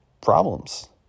problems